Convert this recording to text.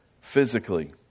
physically